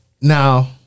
now